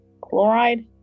Chloride